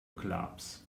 clubs